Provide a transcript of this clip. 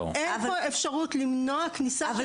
אין פה אפשרות למנוע כניסה של